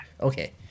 Okay